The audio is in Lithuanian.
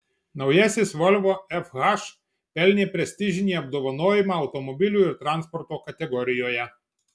naujasis volvo fh pelnė prestižinį apdovanojimą automobilių ir transporto kategorijoje